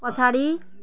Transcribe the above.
पछाडि